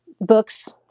books